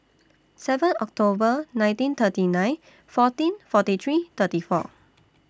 seven October nineteen thirty nine fourteen forty three thirty four